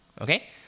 Okay